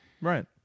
Right